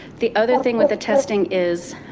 the other thing with the testing is,